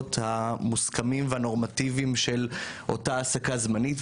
הגבולות המוסכמים והנורמטיביים של אותה העסקה זמנית,